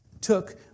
took